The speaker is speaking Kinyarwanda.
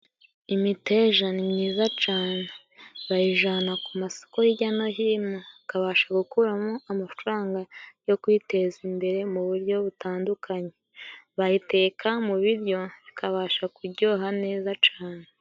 Imiteja ni myiza cane, bayijana ku masoko hijya no hino, bakabasha gukuramo amafaranga yo kwiteza imbere mu buryo butandukanye, bayiteka mu biryo bikabasha kujyoha neza cane.